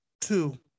Two